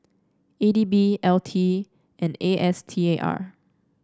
E D B L T and A S T A R